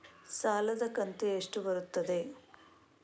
ಸಾಲದ ಕಂತು ಎಷ್ಟು ಬರುತ್ತದೆ?